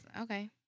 Okay